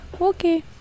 okay